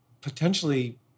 potentially